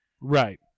Right